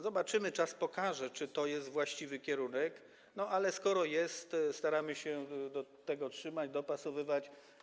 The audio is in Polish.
Zobaczymy, czas pokaże, czy to jest właściwy kierunek, ale skoro to jest, to staramy się do tego trzymać, dopasowywać.